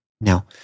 Now